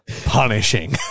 punishing